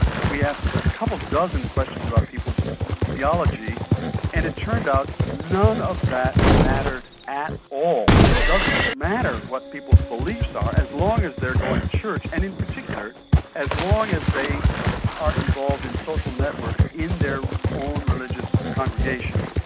that we asked a couple of dozen questions about people's theology and it turned out none of that mattered at all. it doesn't matter what people's beliefs are as long as they're going to church, and in particular as long as they are involved in social networks in their own religious congregation.